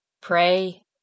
pray